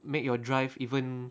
make your drive even